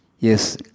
Yes